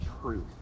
truth